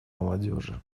молодежи